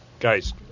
Guys